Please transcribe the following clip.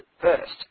first